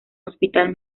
hospital